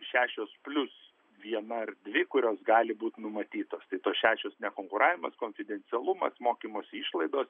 šešios plius viena ar dvi kurios gali būt numatytos kitos šešios nekonkuravimas konfidencialumas mokymosi išlaidos